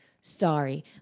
sorry